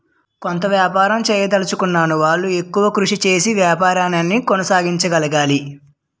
సొంత వ్యాపారం చేయదలచుకున్న వాళ్లు ఎక్కువ కృషి చేసి వ్యాపారాన్ని కొనసాగించగలగాలి